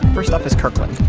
first off is kirkland.